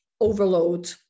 Overload